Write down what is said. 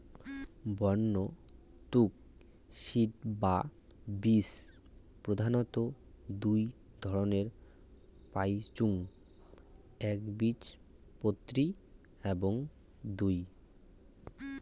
বন্য তুক সিড বা বীজ প্রধানত দুই ধরণের পাইচুঙ একবীজপত্রী এবং দুই